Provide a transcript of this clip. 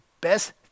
best